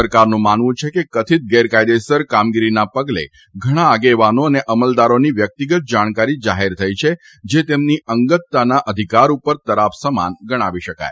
સરકારનું માનવું છે કે કથિત ગેરકાયેદાસર કામગીરીના પગલે ઘણા આગેવાનો તથા અમલદારોની વ્યક્તિગત જાણકારી જાહેર થઇ છે જે તેમની અંગતતાના અધિકાર ઉપર તરાપ સમાન ગણાવી શકાય